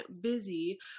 busy